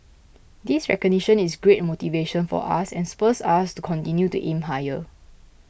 this recognition is great motivation for us and spurs us to continue to aim higher